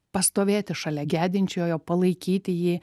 pastovėti šalia gedinčiojo palaikyti jį